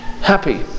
happy